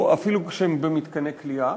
אפילו כשהם במתקני כליאה,